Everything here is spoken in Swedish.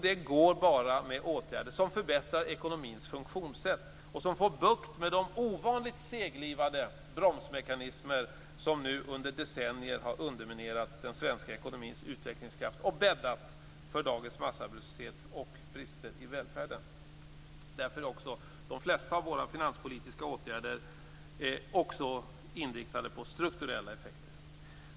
Det går bara med åtgärder som förbättrar ekonomins funktionssätt och som får bukt med de ovanligt seglivade bromsmekanismer som nu under decennier har underminerat den svenska ekonomins utvecklingskraft och bäddat för dagens massarbetslöshet och brister i välfärden. Därför är också de flesta av våra finanspolitiska åtgärder inriktade på strukturella effekter.